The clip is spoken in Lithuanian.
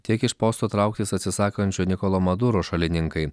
tiek iš posto trauktis atsisakančio nikolo maduro šalininkai